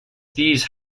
these